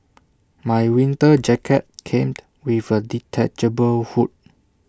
my winter jacket came with A detachable hood